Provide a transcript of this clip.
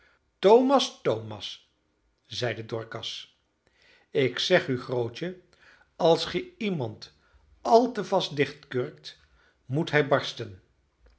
thomas thomas zeide dorcas ik zeg u grootje als ge iemand al te vast dichtkurkt moet hij barsten